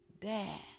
Dad